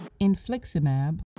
Infliximab